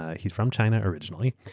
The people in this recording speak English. ah he's from china originally.